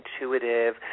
intuitive